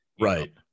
Right